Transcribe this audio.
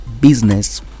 business